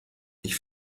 ich